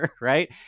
right